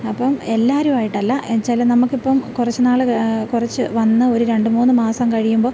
അപ്പം എല്ലാവരുമായിട്ടല്ല എന്നു വെച്ചാൽ നമ്മക്കിപ്പം കുറച്ച് നാൾ കുറച്ച് വന്ന് ഒരു രണ്ട് മൂന്ന് മാസം കഴിയുമ്പോൾ